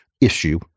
issue